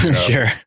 Sure